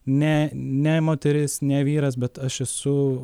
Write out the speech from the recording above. ne ne moteris ne vyras bet aš esu